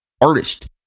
artist